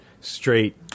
straight